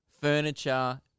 Furniture